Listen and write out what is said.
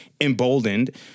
emboldened